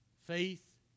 Faith